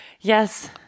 Yes